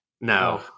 No